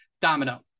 domino